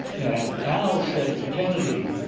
and al said to kennedy,